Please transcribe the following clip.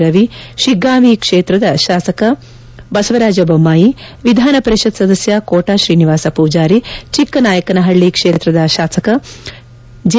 ರವಿ ಶಿಗ್ಗಾಂವಿ ಕ್ಷೇತ್ರದ ಶಾಸಕ ಬಸವರಾಜ ಬೊಮ್ನಾಯಿ ವಿಧಾನ ಪರಿಷತ್ ಸದಸ್ಯ ಕೋಟಾ ಶ್ರೀನಿವಾಸ ಪೂಜಾರಿ ಚಿಕ್ಕನಾಯಕನಪಲ್ಲ ಕ್ಷೇತ್ರದ ಶಾಸಕ ಜೆ